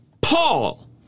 Paul